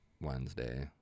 Wednesday